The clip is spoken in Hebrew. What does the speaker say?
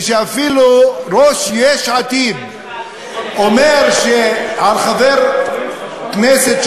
כשאפילו ראש יש עתיד אומר על חבר כנסת,